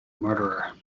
murderer